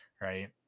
right